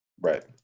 Right